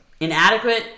Inadequate